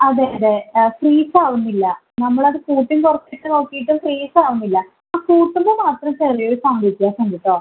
അതെ അതെ ഫ്രീസ് ആവുന്നില്ല നമ്മൾ അത് കൂട്ടിയും കുറച്ചിട്ട് നോക്കിയിട്ടും ഫ്രീസ് ആവുന്നില്ല ആ കൂട്ടുമ്പോൾ മാത്രം ചെറിയൊരു സൗണ്ട് വ്യത്യാസം ഉണ്ട് കേട്ടോ